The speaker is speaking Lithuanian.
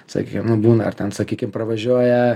sakykim nu būna ar ten sakykim pravažiuoja